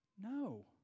No